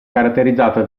caratterizzata